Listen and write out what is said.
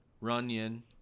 Runyon